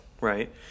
right